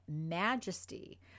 majesty